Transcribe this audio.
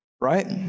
Right